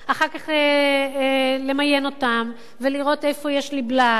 אחר כך למיין אותם, לראות איפה יש לי בלאי,